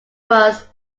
was